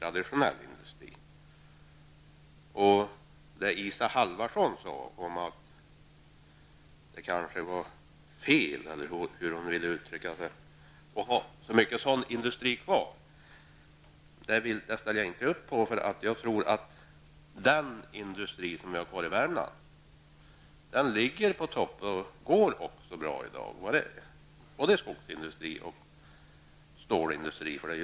Jag ställer mig inte bakom det som Isa Halvarsson sade om att det kanske är fel -- eller hur hon ville uttrycka det -- att ha kvar så mycket av sådan industri. Jag tror att den industri som vi har kvar i Värmland, skogsindustri och stålindustri, ligger på topp och att den går bra i dag.